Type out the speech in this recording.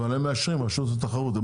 אבל רשות התחרות מאשרים,